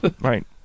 Right